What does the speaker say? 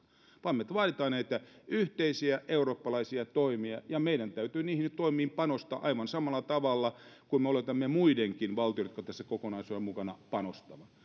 vaan me vaadimme näitä yhteisiä eurooppalaisia toimia ja meidän täytyy niihin toimiin nyt panostaa aivan samalla tavalla kuin me oletamme muidenkin valtioiden panostavan jotka tässä kokonaisuudessa ovat mukana